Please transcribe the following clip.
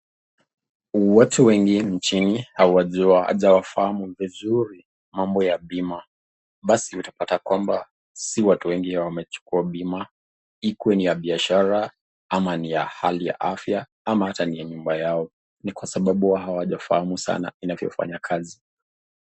Watu wengi nchini, hawajui hawafahamu vizuri mambo ya bima. Basi utapata kwamba si watu wengi wamechukua bima ikuwe ni ya biashara ama ni ya hali ya afya ama hata ni ya nyumba yao ni kwa sababu hawajafahamu sanaa inavyofanya kazi.